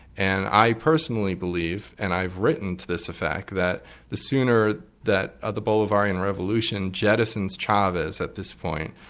and i personally believe, and i've written to this effect, that the sooner that ah the bolivarian revolution jettisons chavez at this point,